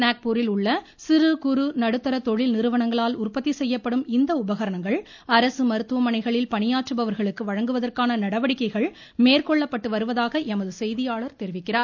நாக்பூரில் உள்ள சிறு குறு நடுத்தர தொழில் நிறுவனங்களால் உற்பத்தி செய்யப்படும் இந்த உபகரணங்கள் அரசு மருத்துவமனைகளில் பணியாற்றுபவர்களுக்கு வழங்குவதற்கான நடவடிக்கைகள் மேற்கொள்ளப்பட்டு வருவதாக எமது செய்தியாளர் தெரிவிக்கிறார்